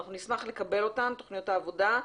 אנחנו נשמח לקבל את תוכניות העבודה.